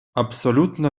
абсолютно